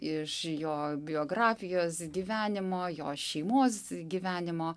iš jo biografijos gyvenimo jo šeimos gyvenimo